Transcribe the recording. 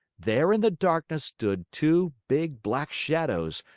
there in the darkness stood two big black shadows,